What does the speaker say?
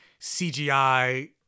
CGI